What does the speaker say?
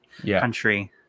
country